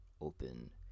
open